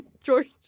George